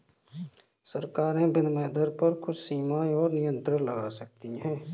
सरकारें विनिमय दर पर कुछ सीमाएँ और नियंत्रण लगा सकती हैं